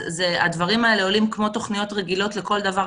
אז הדברים האלה עולים כמו תוכניות רגילות לכל דבר,